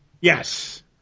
Yes